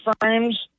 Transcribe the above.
frames